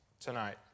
tonight